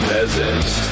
Peasants